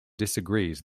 disagrees